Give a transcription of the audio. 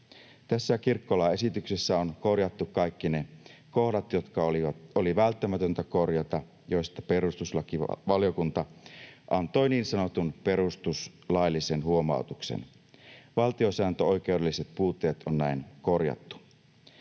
Tässä kirkkolain esityksessä on korjattu kaikki ne kohdat, jotka oli välttämätöntä korjata ja joista perustuslakivaliokunta antoi niin sanotun perustuslaillisen huomautuksen. Valtiosääntöoikeudelliset puutteet on näin korjattu.